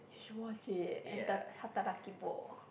you watch it and the hataraki bo